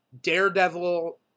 daredevil